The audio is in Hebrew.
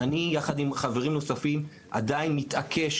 אני יחד עם חברים נוספים עדיין מתעקש